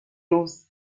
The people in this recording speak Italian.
ruth